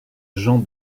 jean